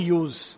use